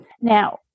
now